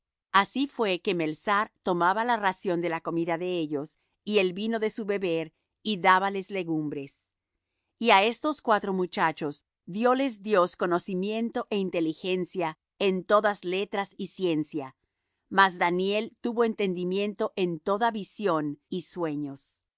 así fué que melsar tomaba la ración de la comida de ellos y el vino de su beber y dábales legumbres y á estos cuatro muchachos dióles dios conocimiento é inteligencia en todas letras y ciencia mas daniel tuvo entendimiento en toda visión y sueños